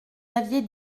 aviez